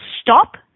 stop